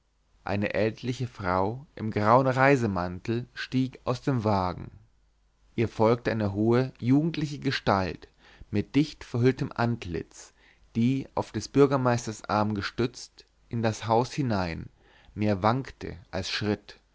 eine ältliche frau im grauen reisemantel stieg aus dem wagen ihr folgte eine hohe jugendliche gestalt mit dicht verhülltem antlitz die auf des bürgermeisters arm gestützt in das haus hinein mehr wankte als schritt